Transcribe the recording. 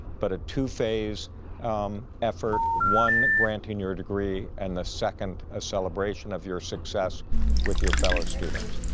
but a two-phase effort, one granting your degree and the second a celebration of your success with your fellow students.